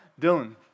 Dylan